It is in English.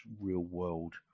real-world